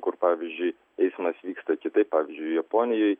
kur pavyzdžiui eismas vyksta kitaip pavyzdžiui japonijoj